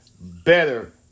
better